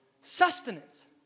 sustenance